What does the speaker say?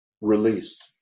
released